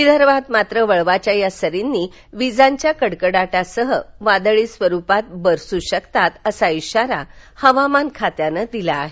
विदर्भात मात्र वळवाच्या या सरीही विजांच्या कडकडाटासह वादळी स्वरुपात बरस शकतात असा इशारा हवामानखात्यानं दिला आहे